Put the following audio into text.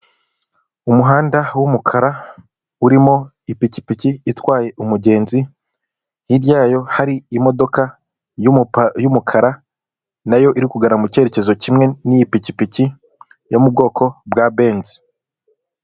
Umuhanda w'umukara urimo ipikipiki itwaye umugenzi hirya yayo hari imodoka y'umukara nayo iri kugana mucyerekezo kimwe niyi pikipiki yo mubwoko bwa benzi.